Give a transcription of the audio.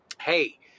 hey